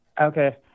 Okay